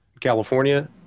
California